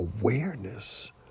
awareness